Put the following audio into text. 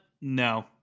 No